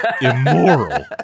immoral